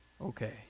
okay